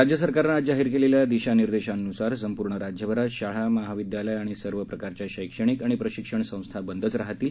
राज्य सरकारने आज जाहीर केलेल्या दिशानिर्देशानुसार संपूर्ण राज्यभरात शाळा महाविद्यालयं आणि सर्व प्रकारच्या शैक्षणिक आणि प्रशिक्षण संस्था बंदच राहणार आहेत